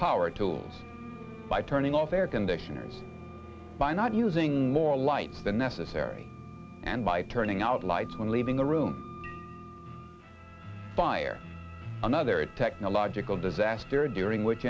power to by turning off air conditioners by not using more light than necessary and by turning out lights when leaving the room fire another technological disaster during which